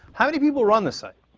how many people run the site?